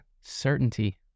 certainty